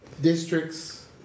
districts